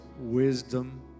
wisdom